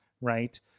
right